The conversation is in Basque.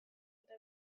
eta